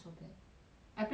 I play on survival